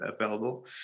available